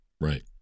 Right